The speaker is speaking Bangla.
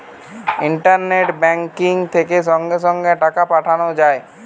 ইন্টারনেট বেংকিং থেকে সঙ্গে সঙ্গে টাকা পাঠানো যায়